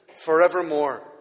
forevermore